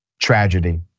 Tragedy